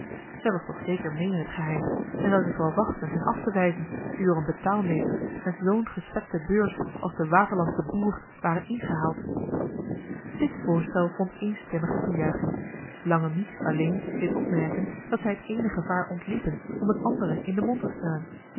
zij was toch zeker meê in t geheim en zou zich wel wachten hen af te wijzen die door een betaalmeester met zoo'n gespekte beurs als de waterlandsche boer waren ingehaald dit voorstel vond eenstemmige toejuiching lange mich alleen deed opmerken dat zij het eene gevaar ontliepen om het andere n den mond te snellen